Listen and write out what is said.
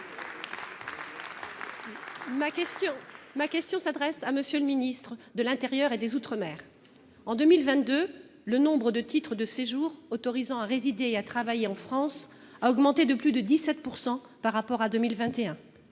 Ma question s'adresse à M. le ministre de l'intérieur et des outre-mer. En 2022, le nombre de titres de séjour, autorisant à résider et à travailler en France, a augmenté de plus de 17 % par rapport à son